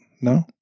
No